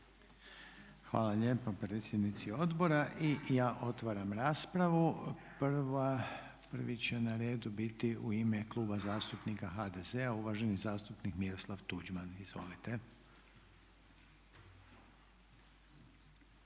Hvala lijepa predsjednici odbora. Otvaram raspravu. Prvi će na redu biti u ime Kluba zastupnika HDZ-a uvaženi zastupnik Miroslav Tuđman, izvolite.